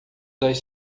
das